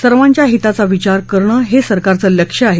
सर्वांच्या हिताचा विचार करण हे सरकारचं लक्ष आहे